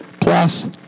plus